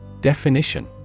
Definition